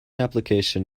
application